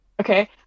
Okay